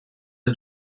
the